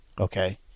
Okay